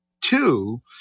two